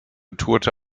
tourte